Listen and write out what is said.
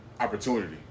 opportunity